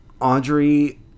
Audrey